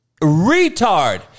retard